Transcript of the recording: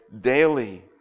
daily